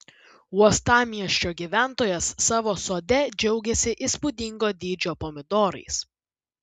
uostamiesčio gyventojas savo sode džiaugiasi įspūdingo dydžio pomidorais